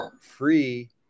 free